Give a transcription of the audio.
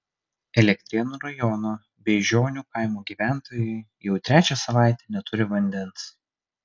elektrėnų rajono beižionių kaimo gyventojai jau trečią savaitę neturi vandens